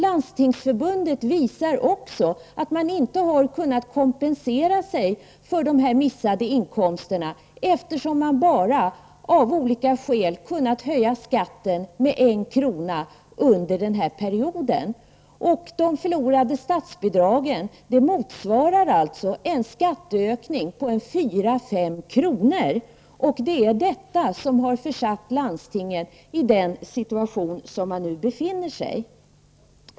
Landstingsförbundet visar också på att man inte har kunnat kompensera sig för förlorade inkomster, eftersom man av olika skäl har kunnat höja skatten med bara 1 kr. under den här perioden. De förlorade statsbidragen motsvarar alltså en skatteökning om 4--5 kr. Det är detta som har försatt landstingen i nuvarande situation.